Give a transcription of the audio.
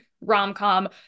rom-com